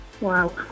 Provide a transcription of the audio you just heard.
Wow